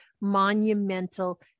monumental